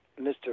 Mr